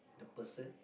the person